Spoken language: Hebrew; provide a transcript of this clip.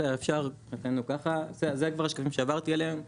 זה כבר השקפים שעברתי עליהם,